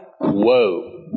Whoa